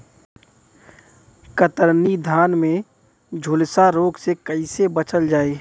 कतरनी धान में झुलसा रोग से कइसे बचल जाई?